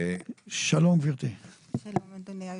לא בעניין הפוליטי, בגלל העניין עצמו,